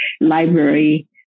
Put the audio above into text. library